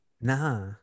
nah